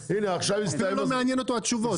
אפילו לא מעניינות אותו התשובות.